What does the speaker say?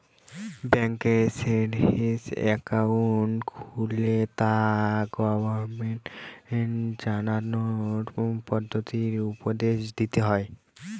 ব্যাঙ্কে savings account খুললে তা গ্রাহককে জানানোর পদ্ধতি উপদেশ দিতে হয়